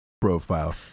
profile